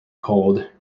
cold